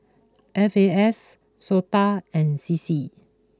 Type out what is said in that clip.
F A S Sota and C C